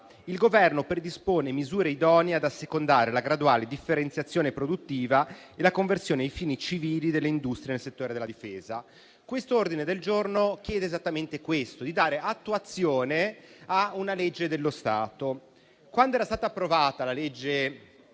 «Il Governo predispone misure idonee ad assecondare la graduale differenziazione produttiva e la conversione ai fini civili delle industrie nel settore della difesa». Quest'ordine del giorno chiede esattamente di dare attuazione a una legge dello Stato. Quando quella legge è stata approvata, ha fatto